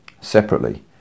separately